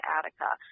Attica